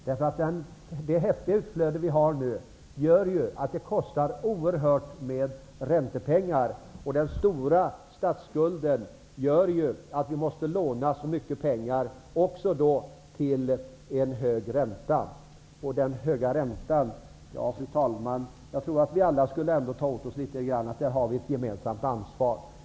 Det häftiga utflöde vi har nu gör att räntorna kostar oerhörda pengar. Den stora statsskulden gör att vi måste låna så mycket pengar, till hög ränta. För den höga räntan, fru talman, tror jag att vi har ett gemensamt ansvar.